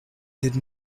did